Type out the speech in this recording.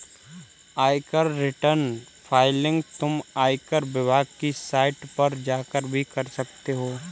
आयकर return filing तुम आयकर विभाग की साइट पर जाकर भी कर सकते हो